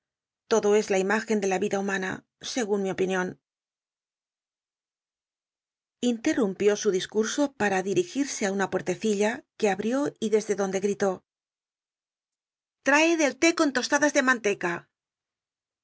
todo es la irn igen de la vida humana segun mi opinion lulcl'l'umpió su di cmso para dirigitsc í una pucr'lecilla que abrió r desde clonde gl'iló l'racd cité con tostadas de manteca